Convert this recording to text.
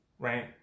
Right